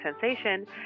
sensation